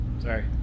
sorry